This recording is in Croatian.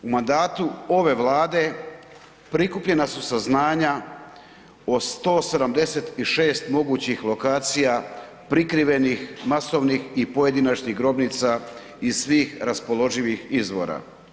U mandatu ove Vlade prikupljena su saznanja o 176 mogućih lokacija prikrivenih masovnih i pojedinačnih grobnica iz svih raspoloživih izvora.